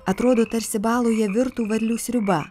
atrodo tarsi baloje virtų varlių sriuba